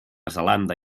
zelanda